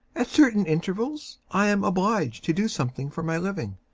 at certain intervals i am obliged to do something for my living.